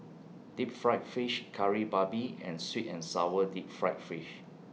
Deep Fried Fish Kari Babi and Sweet and Sour Deep Fried Fish